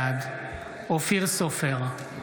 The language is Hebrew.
בעד אופיר סופר,